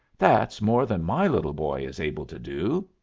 that's more than my little boy is able to do.